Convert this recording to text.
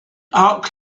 arc